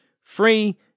free